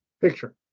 picture